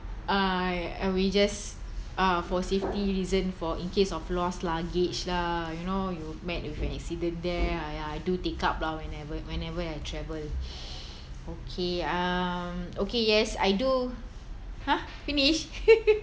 uh and we just uh for safety reasons for in case of lost luggage lah you know you met with an accident there I I do take up lah whenever whenever I travel okay um okay yes I do !huh! finish